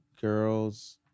girl's